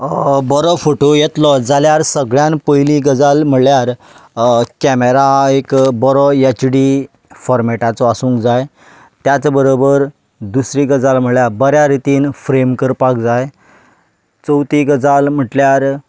बरो फोटो येतलो जाल्यार सगळ्यान पयलीं म्हणल्यार कॅमेरा एक बरो एचडी फोरमेटाचो आसूंक जाय त्याच बरोबर दुसरी गजाल म्हणल्यार बऱ्या रितीन फ्रेम करपाक जाय चवथी गजाल म्हटल्यार